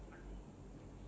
ya